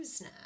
now